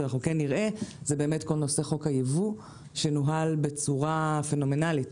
אבל כן נראה זה כל הנושא הייבוא שנוהל בצורה פנומנלית.